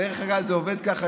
דרך אגב, זה עובד ככה.